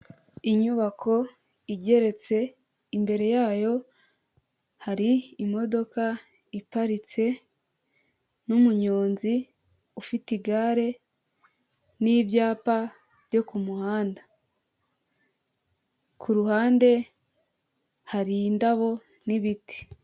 Inyubako igeretse imbere yayo har’imodoka iparitse, n'umunyonzi ufite igare, n’ibyapa byo kumuhanda. K’uruhande har’indabo n'ibiti.